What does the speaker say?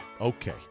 Okay